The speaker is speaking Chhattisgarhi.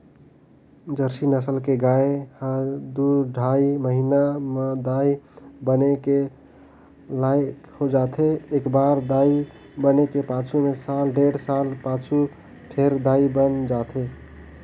जरसी नसल के गाय ह दू ढ़ाई महिना म दाई बने के लइक हो जाथे, एकबार दाई बने के पाछू में साल डेढ़ साल पाछू फेर दाई बइन जाथे